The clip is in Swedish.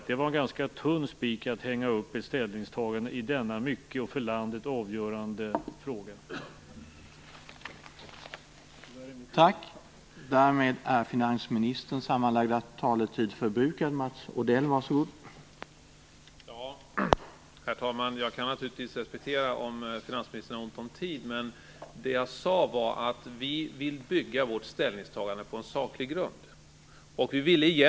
Det var en ganska tunn spik att hänga upp ett ställningstagande i denna för landet avgörande fråga på.